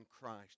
Christ